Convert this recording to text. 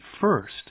first